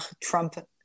Trump